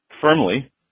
firmly